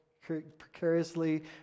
precariously